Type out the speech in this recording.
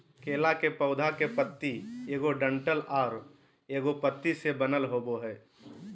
केला के पौधा के पत्ति एगो डंठल आर एगो पत्ति से बनल होबो हइ